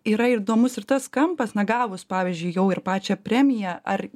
yra įdomus ir tas kampas na gavus pavyzdžiui jau ir pačią premiją ar